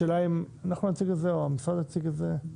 השאלה אם אנחנו נציג את זה או המשרד יציג את זה.